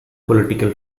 political